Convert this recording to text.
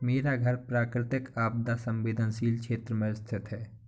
मेरा घर प्राकृतिक आपदा संवेदनशील क्षेत्र में स्थित है